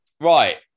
Right